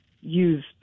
use